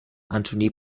anthony